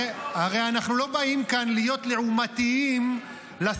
הרי אנחנו לא באים להיות כאן לעומתיים לשר.